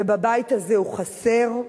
ובבית הזה הוא חסר.